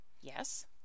Yes